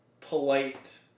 polite